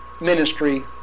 ministry